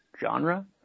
genre